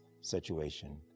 situation